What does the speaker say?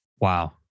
Wow